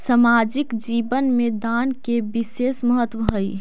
सामाजिक जीवन में दान के विशेष महत्व हई